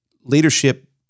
leadership